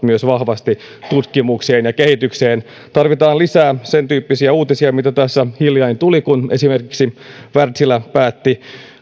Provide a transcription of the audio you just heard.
myös vahvasti panostavat tutkimukseen ja kehitykseen tarvitaan lisää sen tyyppisiä uutisia mitä tässä hiljan tuli kun esimerkiksi wärtsilä päätti